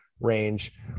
range